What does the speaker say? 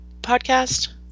podcast